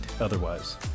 otherwise